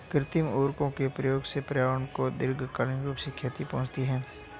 कृत्रिम उर्वरकों के प्रयोग से पर्यावरण को दीर्घकालिक रूप से क्षति पहुंचती है